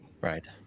Right